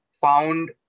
found